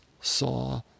saw